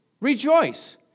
Rejoice